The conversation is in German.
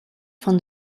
von